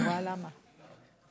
תודה, ברושי.